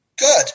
good